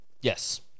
yes